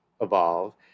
evolve